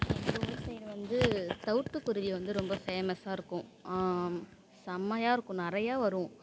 எங்கள் ஊர் சைடு வந்து தவுட்டுக்குருவி வந்து ரொம்ப ஃபேமஸ்ஸாக இருக்கும் செம்மையாக இருக்கும் நிறையா வரும்